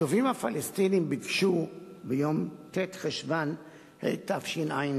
התובעים הפלסטינים ביקשו ביום ט' בחשוון התשע"ב,